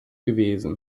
gewesen